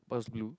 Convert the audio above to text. oh it was blue